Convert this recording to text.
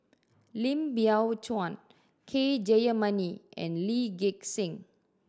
Lim Biow Chuan K Jayamani and Lee Gek Seng